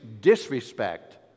disrespect